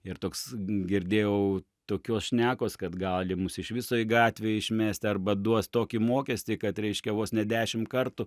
ir toks girdėjau tokios šnekos kad gali mus iš viso į gatvę išmesti arba duos tokį mokestį kad reiškia vos ne dešim kartų